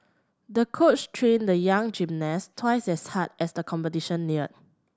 the coach trained the young gymnast twice as hard as the competition neared